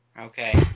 Okay